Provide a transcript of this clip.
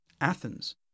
Athens